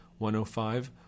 105